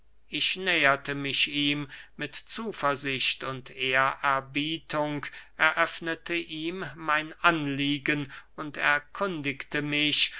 ich näherte mich ihm mit zuversicht und ehrerbietung eröffnete ihm mein anliegen und erkundigte mich